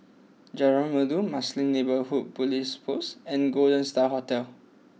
Jalan Merdu Marsiling Neighbourhood Police Post and Golden Star Hotel